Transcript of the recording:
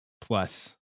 plus